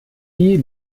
die